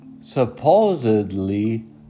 supposedly